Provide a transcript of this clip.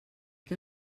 que